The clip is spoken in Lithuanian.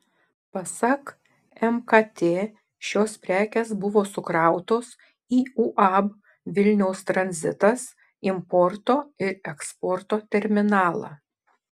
pasak mkt šios prekės buvo sukrautos į uab vilniaus tranzitas importo ir eksporto terminalą